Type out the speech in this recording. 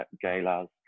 galas